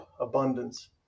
abundance